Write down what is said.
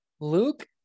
luke